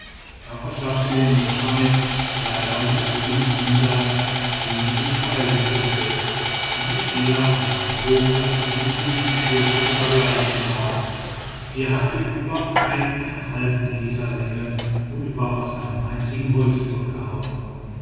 da verschaffte mir mohammed leihweise könig munsas riesige speiseschüssel die eher einem trog als einem tischgeschirr zu vergleichen war sie hatte über eineinhalb meter länge und war aus einem einzigen holzblock gehauen